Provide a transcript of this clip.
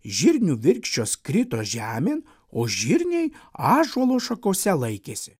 žirnių virkščios krito žemėn o žirniai ąžuolo šakose laikėsi